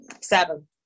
seven